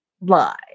lie